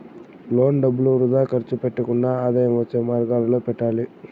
loan డబ్బులు వృథా ఖర్చు పెట్టకుండా ఆదాయం వచ్చే మార్గాలలో పెట్టాలి